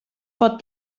pot